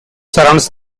surrounds